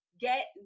get